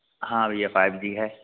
हाँ भैया five G है